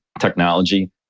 technology